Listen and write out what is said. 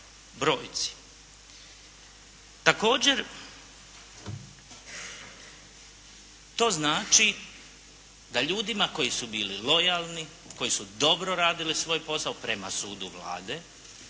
brojci. Također to znači da ljudima koji su bili lojalni, koji su dobro radili svoj posao prema sudu Vlade,